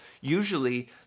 usually